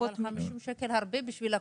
פחות מ-50 שקל --- 50 שקל זה הרבה בשביל הקופאית.